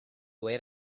wait